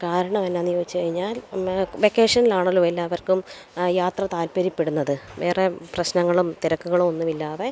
കാരണം എന്നാന്ന് ചോദിച്ചുകഴിഞ്ഞാല് പിന്നെ വെക്കേഷനിലാണല്ലോ എല്ലാവർക്കും യാത്ര താൽപര്യപ്പെടുന്നത് വേറെ പ്രശ്നങ്ങളും തിരക്കുകളുമൊന്നുമില്ലാതെ